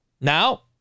now